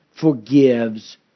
forgives